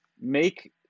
make